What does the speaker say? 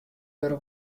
wurde